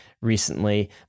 recently